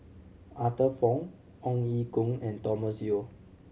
Arthur Fong Ong Ye Kung and Thomas Yeo